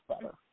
better